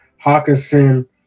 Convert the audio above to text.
Hawkinson